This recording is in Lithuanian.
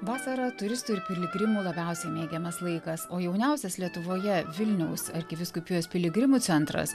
vasara turistų ir piligrimų labiausiai mėgiamas laikas o jauniausias lietuvoje vilniaus arkivyskupijos piligrimų centras